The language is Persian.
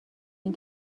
این